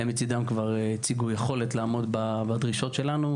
הם מצדם כבר הציגו יכולת לעמוד בדרישות שלנו.